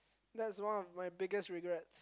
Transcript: that's one of my biggest regrets